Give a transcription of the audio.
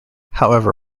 however